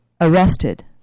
arrested